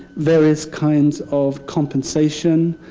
various kinds of compensation.